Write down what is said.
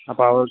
അപ്പോൾ